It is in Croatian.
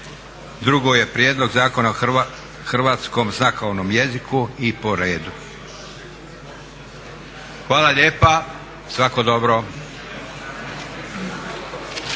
Drugo je Prijedlog zakona o hrvatskom znakovnom jeziku i po redu. Hvala lijepa. Svako dobro.